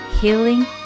healing